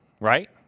right